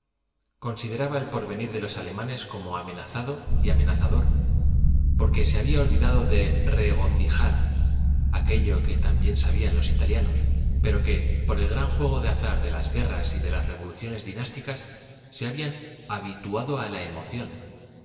consideraba el porvenir de los alemanes como amenazado y amenazador por que se habían olvidado de regocijar aquello que tan bien sabían los italianos pero que por el gran juego de azar de las guerraa y de las revolucionag dinásticas se habian habituado á la